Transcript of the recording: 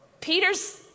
Peter's